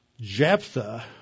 Jephthah